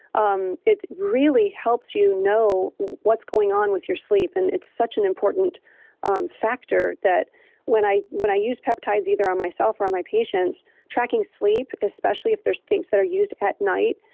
um it really helps you know what's going on with your sleep and it's such an important factor that when i when i use peptides either on myself or on my patients tracking sleep, especially if there's things that are used at night,